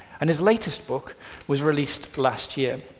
and his latest book was released last year.